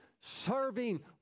serving